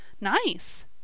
Nice